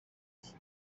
iki